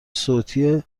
صوتی